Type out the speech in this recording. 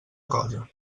cosa